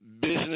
business